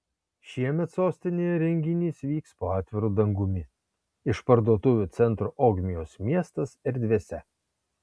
šiemet sostinėje renginys vyks po atviru dangumi išparduotuvių centro ogmios miestas erdvėse